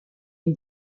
une